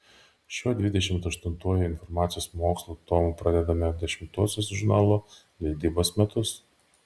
šiuo dvidešimt aštuntuoju informacijos mokslų tomu pradedame dešimtuosius žurnalo leidybos metus